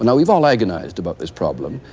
and we've all agonized about this problem.